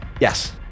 Yes